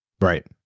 Right